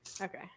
Okay